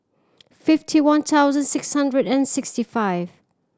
fifty one thousand six hundred and sixty five